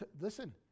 listen